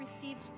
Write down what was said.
received